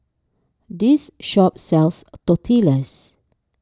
this shop sells Tortillas